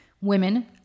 women